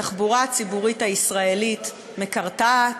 התחבורה הציבורית הישראלית מקרטעת,